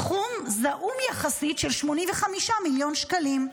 סכום זעום יחסית של 85 מיליון שקלים.